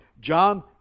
John